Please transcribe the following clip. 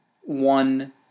one